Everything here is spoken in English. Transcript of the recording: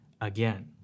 again